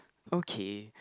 okay